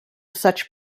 such